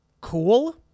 cool